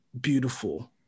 beautiful